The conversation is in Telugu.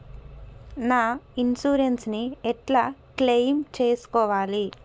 నా ఇన్సూరెన్స్ ని ఎట్ల క్లెయిమ్ చేస్కోవాలి?